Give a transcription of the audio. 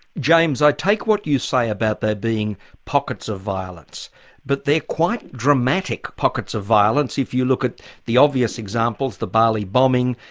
james i take what you say about there being pockets of violence but they're quite dramatic pockets of violence if you look at the obvious examples the bali bombing,